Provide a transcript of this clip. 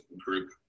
group